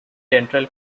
general